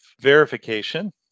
verification